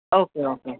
okay okay